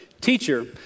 Teacher